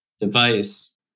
device